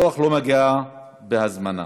הרוח לא מגיעה בהזמנה,